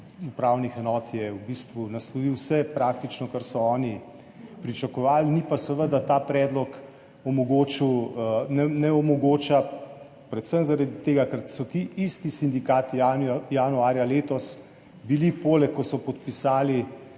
upravnih enot je v bistvu naslovil praktično vse, kar so oni pričakovali. Seveda pa ta predlog ne omogoča predvsem zaradi tega, ker so ti isti sindikati januarja letos bili poleg, ko je bil podpisan